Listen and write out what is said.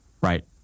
Right